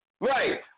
Right